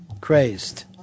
Crazed